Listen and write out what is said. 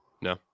no